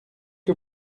que